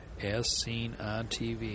AsSeenOnTV